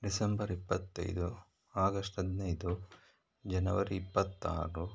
December ಇಪ್ಪತ್ತೈದು August ಹದಿನೈದು ಜನವರಿ ಇಪ್ಪತ್ತಾರು